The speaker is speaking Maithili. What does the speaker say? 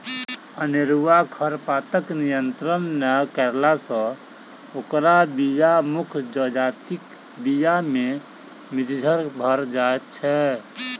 अनेरूआ खरपातक नियंत्रण नै कयला सॅ ओकर बीया मुख्य जजातिक बीया मे मिज्झर भ जाइत छै